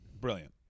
Brilliant